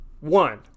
One